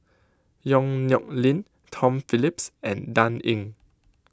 Yong Nyuk Lin Tom Phillips and Dan Ying